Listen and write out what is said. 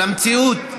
למציאות.